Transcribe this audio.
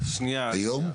היום?